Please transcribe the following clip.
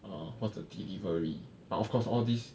err 或者 delivery but of course